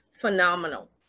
phenomenal